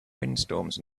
windstorms